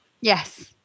yes